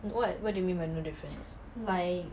what what do you mean by no difference